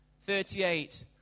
Thirty-eight